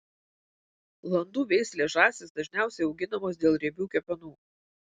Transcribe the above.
landų veislės žąsys dažniausiai auginamos dėl riebių kepenų